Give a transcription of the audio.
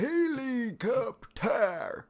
Helicopter